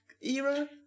era